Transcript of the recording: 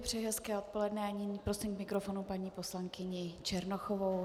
Přeji hezké odpoledne a nyní prosím k mikrofonu paní poslankyni Černochovou.